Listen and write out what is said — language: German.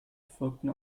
folgten